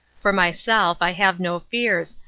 for myself, i have no fears,